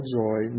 joy